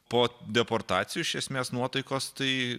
po deportacijų iš esmės nuotaikos tai